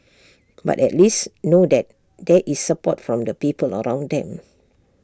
but at least know that there is support from the people around them